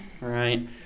right